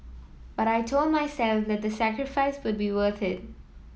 but I told myself that the sacrifice would be worth it